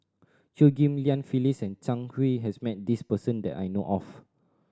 Chew Ghim Lian Phyllis and Zhang Hui has met this person that I know of